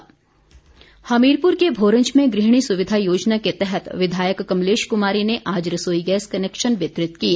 gas connection Hamirpur के भोरंज में गृहिणी सुविधा योजना के तहत विधायक कमलेश कुमारी ने आज रसोई गैस कनेक्शन वितरित किए